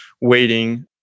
waiting